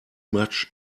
much